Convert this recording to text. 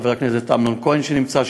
חבר הכנסת אמנון כהן שנמצא,